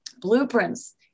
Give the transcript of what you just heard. blueprints